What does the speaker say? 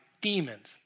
demons